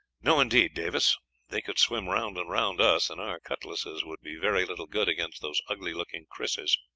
no, indeed, davis they could swim round and round us, and our cutlasses would be very little good against those ugly looking krises.